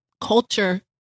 Culture